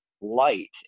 light